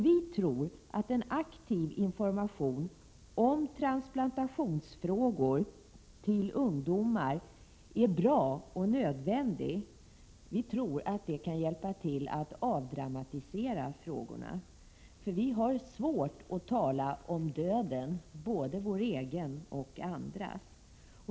Vi tror att en aktiv information till ungdomar om transplantationsfrågor är bra och nödvändig. Vi tror också att det kan vara till hjälp när det gäller att avdramatisera sådana här frågor, för vi har svårt att tala om döden — både vår egen och andras.